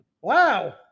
Wow